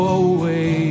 away